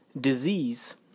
disease